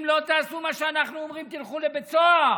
אם לא תעשו מה שאנחנו אומרים, תלכו לבית סוהר.